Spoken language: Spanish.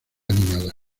animada